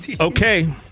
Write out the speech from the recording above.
okay